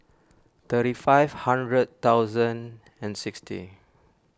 thirty five hundred thousand and sixty